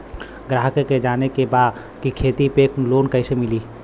ग्राहक के जाने के बा की खेती पे लोन कैसे मीली?